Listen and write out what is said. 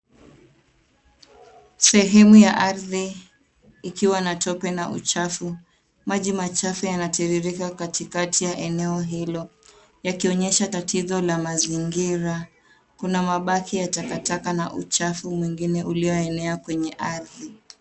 Sehemu ya ardhi ikiwa na tope na uchafu. Maji machafu yanatiririka katikati ya eneo hilo, yakionyesha tatizo la mazingira. Kuna mabaki ya takataka na uchafu mwingine ulio enea kwenye ardhi.